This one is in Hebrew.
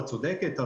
את צודקת,